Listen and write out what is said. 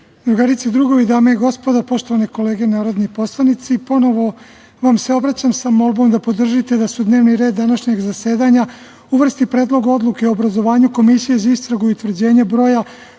i drugovi, dame i gospodo, poštovane kolege narodni poslanici, ponovo vam se obraćam sa molbom da podržite da se u dnevni red današnjeg zasedanja uvrsti Predlog odluke o obrazovanju komisije za istragu i utvrđenje broja